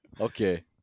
Okay